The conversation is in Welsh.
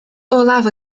olaf